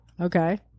Okay